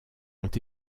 ont